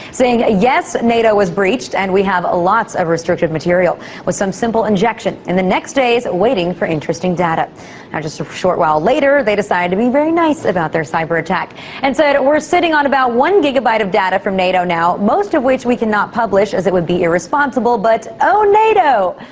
saying, yes, nato was breached and we have lots of restricted material with some simple injection, in the next days waiting for interesting data. and just a sort of short while later they decide to be very nice about their cyber attack and said, we're sitting on about one gigabyte of data from nato now, most of which we cannot publish as it would be irresponsible, but, oh nato.